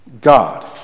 God